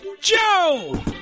Joe